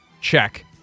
Check